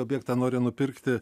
objektą nori nupirkti